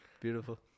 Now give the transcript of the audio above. Beautiful